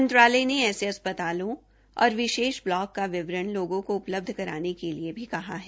मंत्रालय ने ऐसे अस्प्तालों और विशेष ब्लॉक का विवरण लोगों को उपलब्ध कराने के लिए भी कहा है